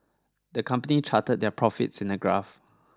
the company charted their profits in a graph